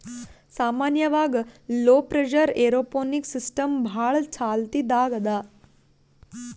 ಸಾಮಾನ್ಯವಾಗ್ low pressure aeroponics system ಭಾಳ್ ಚಾಲ್ತಿದಾಗ್ ಅದಾ